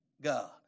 God